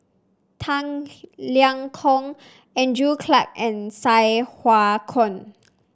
Tang Liang Hong Andrew Clarke and Sai Hua Kuan